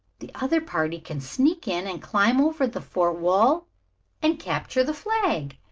the other party can sneak in and climb over the fort wall and capture the flag.